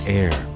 air